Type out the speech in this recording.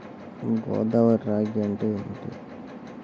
గోదావరి రాగి అంటే ఏమిటి?